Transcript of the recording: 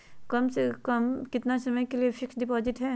कम से कम कितना समय के लिए फिक्स डिपोजिट है?